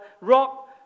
rock